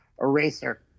Eraser